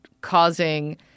causing